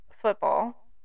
football